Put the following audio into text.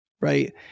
right